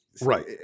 Right